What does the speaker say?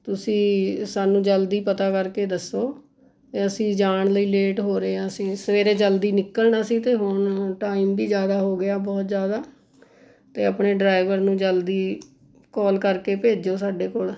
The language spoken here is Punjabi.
ਤੁਸੀਂ ਸਾਨੂੰ ਜਲਦੀ ਪਤਾ ਕਰਕੇ ਦੱਸੋ ਅਸੀਂ ਜਾਣ ਲਈ ਲੇਟ ਹੋ ਰਹੇ ਹਾਂ ਅਸੀਂ ਸਵੇਰੇ ਜਲਦੀ ਨਿਕਲਣਾ ਸੀ ਅਤੇ ਹੁਣ ਟਾਈਮ ਵੀ ਜ਼ਿਆਦਾ ਹੋ ਗਿਆ ਬਹੁਤ ਜ਼ਿਆਦਾ ਅਤੇ ਆਪਣੇ ਡਰਾਈਵਰ ਨੂੰ ਜਲਦੀ ਕਾਲ ਕਰਕੇ ਭੇਜੋ ਸਾਡੇ ਕੋਲ